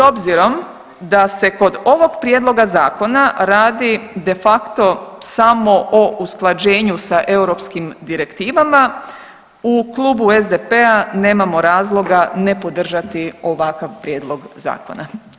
S obzirom da se kod ovog prijedloga zakona radi de facto samo o usklađenju sa europskim direktivama u klubu SDP-a nemamo razloga ne podržati ovakav prijedlog zakona.